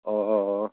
অঁ অঁ অঁ